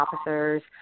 officers